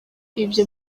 ibyo